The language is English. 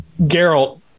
Geralt